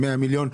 100 מיליון,